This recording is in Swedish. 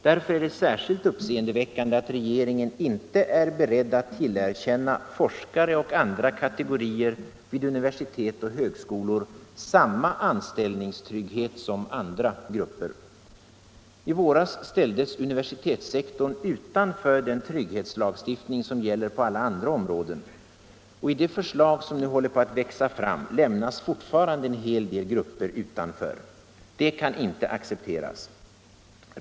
Därför är det särskilt uppseendeväckande att regeringen inte är beredd att tillerkänna forskare och andra kategorier vid universitet och högskolor samma anställningstrygghet som andra grupper. I våras ställdes universitetssektorn utanför den trygghetslagstiftning som gäller på alla andra områden, och i det förslag som nu håller på att växa fram lämnas fortfarande en hel del grupper utanför. Det kan inte accepteras.